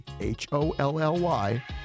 H-O-L-L-Y